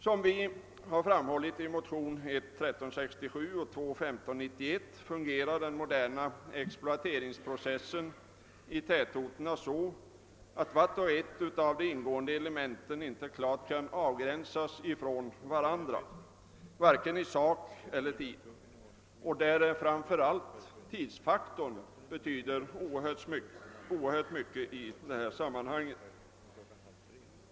Som vi framhållit i motionsparet 1: 1367 och II: 1591 fungerar den moderna exploateringsprocessen i tätorterna så, att vart och ett av de ingående elementen inte kan avgränsas från de andra, vare sig i sak eller i fråga om tid. Framför alit tidsfaktorn betyder oerhört mycket i detta sammanhang.